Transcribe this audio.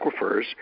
aquifers